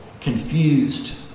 confused